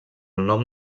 nom